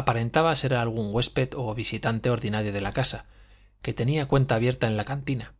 aparentaba ser algún huésped o visitante ordinario de la casa que tenía cuenta abierta en la cantina